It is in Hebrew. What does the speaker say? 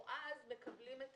או אז מקבלים את